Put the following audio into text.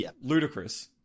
ludicrous